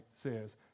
says